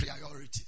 priority